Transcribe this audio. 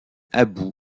abu